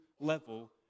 level